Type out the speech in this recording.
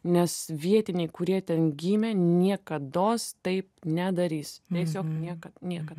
nes vietiniai kurie ten gimė niekados taip nedarys nes jau niekad niekad